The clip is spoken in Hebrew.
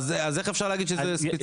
אז איך אפשר להגיד שזה ספציפית?